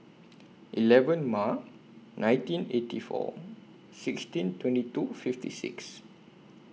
eleven March nineteen eighty four sixteen twenty two fifty six